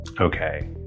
Okay